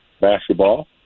basketball